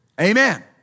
amen